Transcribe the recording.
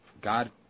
God